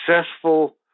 successful